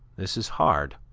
this is hard.